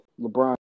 LeBron